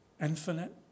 infinite